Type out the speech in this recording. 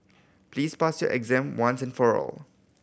please pass your exam once and for all